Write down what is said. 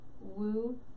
woo